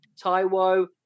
Taiwo